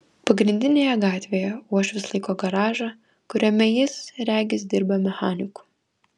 pagrindinėje gatvėje uošvis laiko garažą kuriame jis regis dirba mechaniku